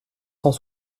cent